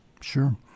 Sure